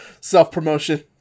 self-promotion